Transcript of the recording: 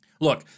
Look